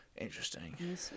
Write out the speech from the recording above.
interesting